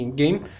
game